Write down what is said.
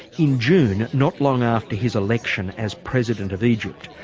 in june, not long after his election as president of egypt,